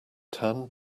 tan